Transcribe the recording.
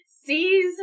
sees